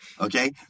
Okay